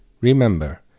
Remember